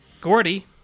Gordy